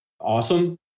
awesome